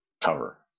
cover